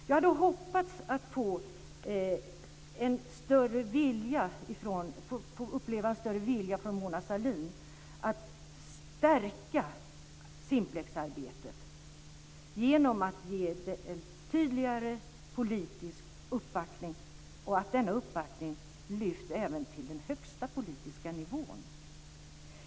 Jag hade hoppats att få uppleva en större vilja från Mona Sahlin att stärka Simplexarbetet genom att ge det en tydligare politisk uppbackning och att denna uppbackning lyfts även till den högsta politiska nivån.